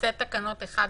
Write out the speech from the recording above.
מסט תקנות אחד לשני?